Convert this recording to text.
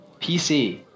PC